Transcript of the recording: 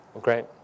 great